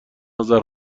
اذر